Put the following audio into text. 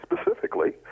specifically